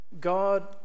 God